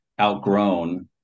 outgrown